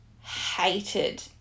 Hated